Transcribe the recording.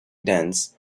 dense